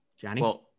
Johnny